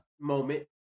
moment